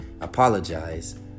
apologize